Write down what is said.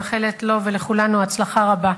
מאחלת לו ולכולנו הצלחה רבה.